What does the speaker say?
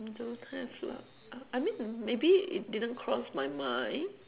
don't have lah I I mean maybe it didn't cross my mind